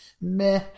meh